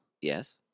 Yes